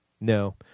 No